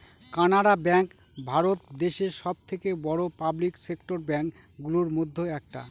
Canara bank Bharat দেশে সব থেকে বড়ো পাবলিক সেক্টর ব্যাঙ্ক গুলোর মধ্যে একটা